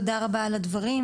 תודה רבה על הדברים,